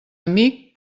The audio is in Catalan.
amic